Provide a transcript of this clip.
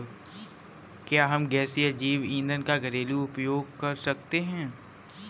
क्या हम गैसीय जैव ईंधन का घरेलू उपयोग कर सकते हैं?